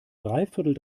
dreiviertel